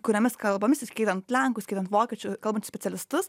kuria mes kalbam skiriant lenkų skiriant vokiečių ir kalbančius specialistus